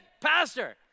pastor